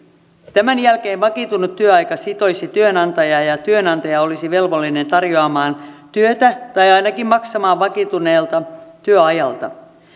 tämän jälkeen vakiintunut työaika sitoisi työnantajaa ja työnantaja olisi velvollinen tarjoamaan työtä tai ainakin maksamaan vakiintuneelta työajalta